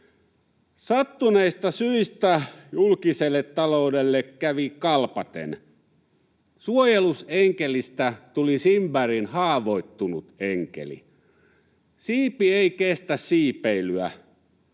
Sattuneista syistä julkiselle taloudelle kävi kalpaten. Suojelusenkelistä tuli Simbergin haavoittunut enkeli. Siipi ei kestä siipeilyä.